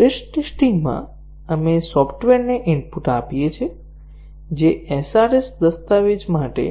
stress ટેસ્ટિંગમાં આપણે સોફ્ટવેરને ઇનપુટ આપીએ છીએ જે SRS દસ્તાવેજ માટે